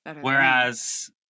Whereas